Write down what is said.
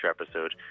episode